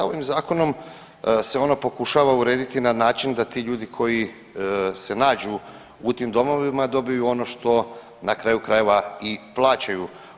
Ovo zakonom se ono pokušava urediti na način da ti ljudi koji se nađu u tim domovima dobiju ono što na kraju krajeva i plaćaju.